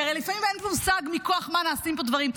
כי הרי לפעמים אין מושג מכוח מה נעשים פה דברים.